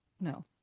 No